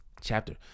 chapter